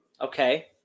Okay